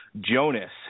Jonas